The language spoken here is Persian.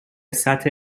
سطح